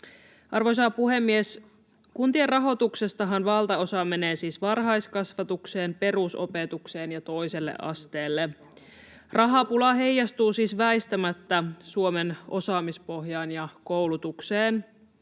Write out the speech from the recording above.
Arvoisa puhemies! Kuntien rahoituksestahan valtaosa menee varhaiskasvatukseen, perusopetukseen ja toiselle asteelle. Rahapula heijastuu siis väistämättä Suomen osaamispohjaan ja koulutukseen,